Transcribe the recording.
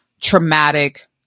traumatic